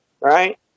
right